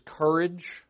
courage